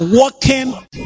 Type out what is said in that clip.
working